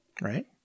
right